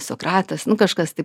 sokratas nu kažkas tai